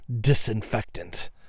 disinfectant